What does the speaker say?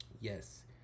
Yes